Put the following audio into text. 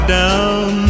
down